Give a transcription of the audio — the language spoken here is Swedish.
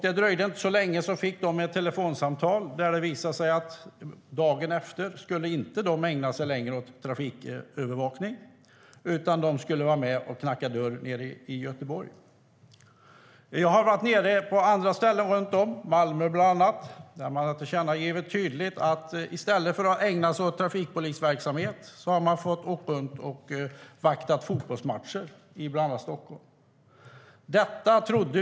Det dröjde inte länge förrän de fick ett telefonsamtal om att de dagen därpå inte skulle ägna sig åt trafikövervakning utan knacka dörr i Göteborg. Jag har också varit Malmö. Där har de sagt att i stället för att ägna sig åt trafikpolisverksamhet har de fått åka runt och vakta fotbollsmatcher, bland annat i Stockholm.